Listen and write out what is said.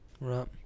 Right